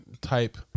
type